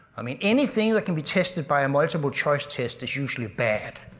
i mean, anything that can be tested by a multiple choice test is usually bad.